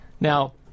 Now